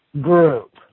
group